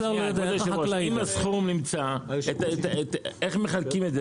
אם הסכום נמצא, איך מחלקים את זה?